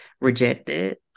rejected